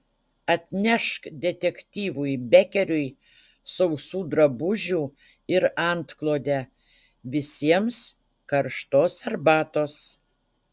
atnešk detektyvui bekeriui sausų drabužių ir antklodę visiems karštos arbatos